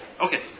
Okay